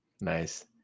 nice